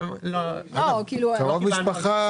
קרוב משפחה,